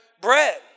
bread